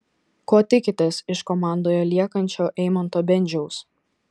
ko tikitės iš komandoje liekančio eimanto bendžiaus